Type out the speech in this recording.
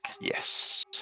yes